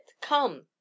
come